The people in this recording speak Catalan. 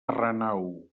renau